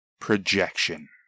projection